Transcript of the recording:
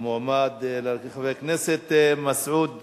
חבר הכנסת מסעוד גנאים,